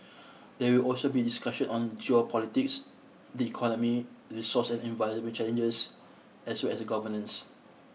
there also be discussion on geopolitics the economy resource and environment challenges as well as governance